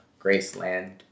Graceland